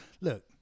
Look